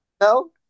No